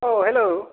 औ हेल'